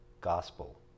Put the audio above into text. gospel